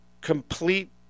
complete